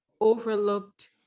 overlooked